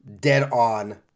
dead-on